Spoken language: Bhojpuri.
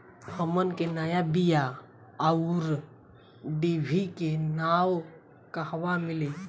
हमन के नया बीया आउरडिभी के नाव कहवा मीली?